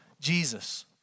Jesus